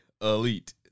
elite